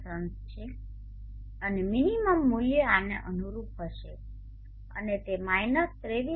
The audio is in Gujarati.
500 છે અને મિનિમમ મૂલ્ય આને અનુરૂપ હશે અને તે 23